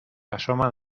asoman